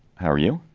how are you?